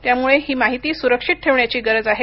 त्यामुळे ही माहिती सुरक्षित ठेवण्याची गरज आहे